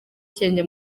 ikirenge